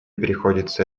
приходится